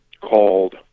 called